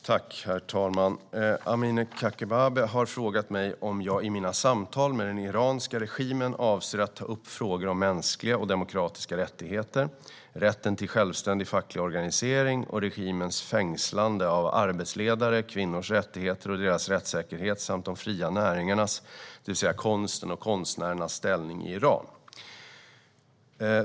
Herr talman! Amineh Kakabaveh har frågat mig om jag i mina samtal med den iranska regimen avser att ta upp frågor om mänskliga och demokratiska rättigheter, rätten till självständig facklig organisering och regimens fängslande av arbetarledare, kvinnors rättigheter och deras rättssäkerhet samt de fria näringarnas - det vill säga konstens och konstnärernas - ställning i Iran.